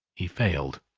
he failed.